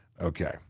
Okay